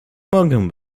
mogę